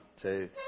two